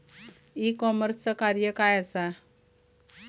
E कॉमर्सचा कार्य काय असा?